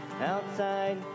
outside